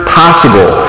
possible